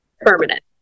permanent